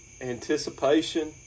anticipation